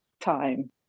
time